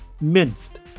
minced